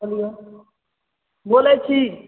बोलियौ बोलै छी